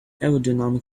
aerodynamic